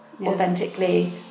authentically